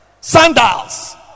sandals